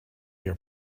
your